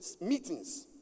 Meetings